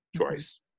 choice